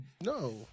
No